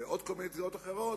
ועוד כל מיני גזירות אחרות,